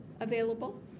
available